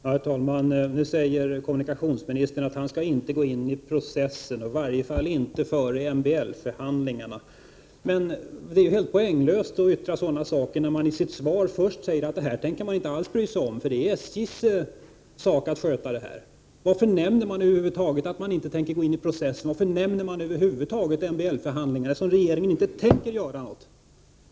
Herr talman! Nu säger kommunikationsministern att han inte skall gå in i processen, i varje fall inte före MBL-förhandlingarna. Men det är helt poänglöst att yttra sådana saker, när han i sitt svar först säger att det här tänker regeringen inte alls bry sig om, för det är SJ:s sak att sköta detta. Varför nämner kommunikationsministern över huvud taget MBL-förhandlingar, när regeringen inte tänker göra någonting?